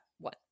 One